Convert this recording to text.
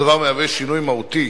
הדבר מהווה שינוי מהותי